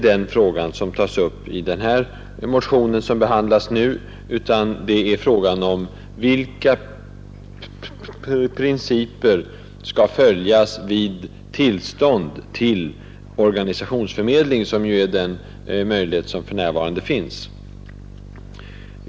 Den frågan tas inte upp i den motion som nu är aktuell. Nu gäller det vilka principer som skall följas när man beviljar tillstånd till organisationsförmedling, vilket ju fortfarande är möjligt.